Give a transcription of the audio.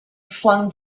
flung